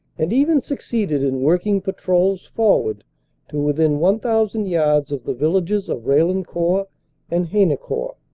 and even succeeded in working patrols for ward to within one thousand yards of the villages of raillencourt and haynecourt.